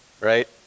Right